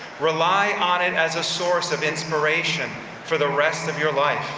rely on it as a source of inspiration for the rest of your life.